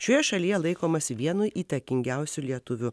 šioje šalyje laikomas vienu įtakingiausių lietuvių